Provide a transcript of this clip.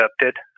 accepted